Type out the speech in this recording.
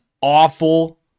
awful